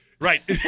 right